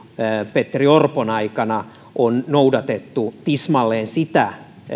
petteri orpon aikana on noudatettu tismalleen sitä